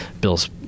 bill's